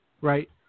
Right